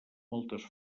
moltes